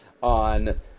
on